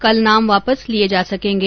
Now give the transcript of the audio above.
कल नाम वापस लिए जा सकेंगे